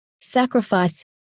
sacrifice